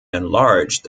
enlarged